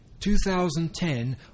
2010